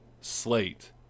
slate